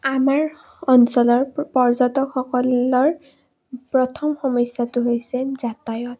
আমাৰ অঞ্চলৰ পৰ্যটকসকলৰ প্ৰথম সমস্যাটো হৈছে যাতায়ত